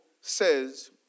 says